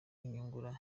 nyungura